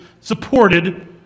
supported